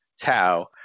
Tau